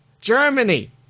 Germany